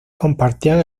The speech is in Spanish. compartían